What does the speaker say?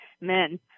men